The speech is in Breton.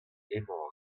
emañ